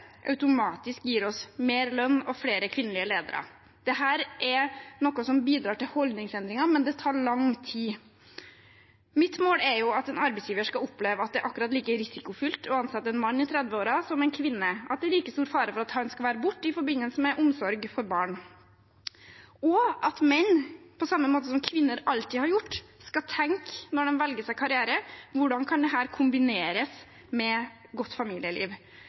automatisk gir oss mer lønn og flere kvinnelige ledere. Dette er noe som bidrar til holdningsendringer, men det tar lang tid. Mitt mål er at en arbeidsgiver skal oppleve at det er akkurat like risikofylt å ansette en mann i 30-årene som en kvinne, at det er like stor fare for at han skal være borte i forbindelse med omsorg for barn, og at menn – på samme måte som kvinner alltid har gjort – skal tenke når de velger seg karriere: Hvordan kan dette kombineres med et godt familieliv?